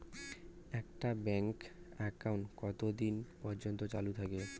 একটা bank account কতদিন পর্যন্ত চালু থাকে?